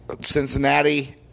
Cincinnati